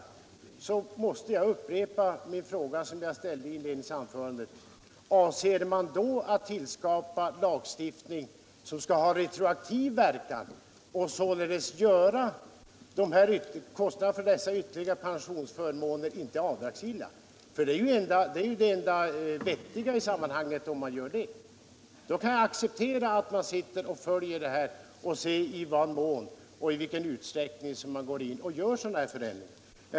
Jag måste upprepa en fråga som jag ställde i mitt inledningsanförande: Avser man då att tillskapa en lagstiftning som skall ha retroaktiv verkan och således göra kostnaderna för dessa ytterligare pensionsförmåner ickeavdragsgilla? Det vore ju det enda vettiga. Då kan jag acceptera att man följer utvecklingen och ser i vilken utsträckning man bör gå in och vidta en sådan förändring.